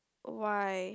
why